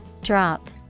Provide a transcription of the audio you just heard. Drop